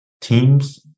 teams